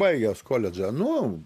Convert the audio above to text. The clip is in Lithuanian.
baigęs koledžą nu